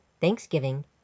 Thanksgiving